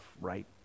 right